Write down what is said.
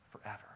forever